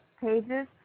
pages